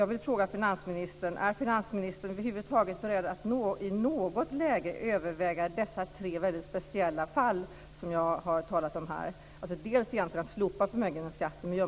Jag vill fråga finansministern: Är finansministern över huvud taget beredd att i något läge överväga dessa tre väldigt speciella fall som jag har talat om här? Det gällde alltså främst att slopa förmögenhetsskatten.